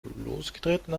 losgetreten